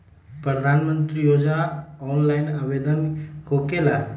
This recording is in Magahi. प्रधानमंत्री योजना ऑनलाइन आवेदन होकेला?